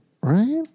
Right